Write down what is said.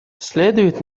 следует